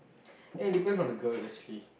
and depends on the girl actually